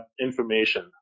information